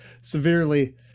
severely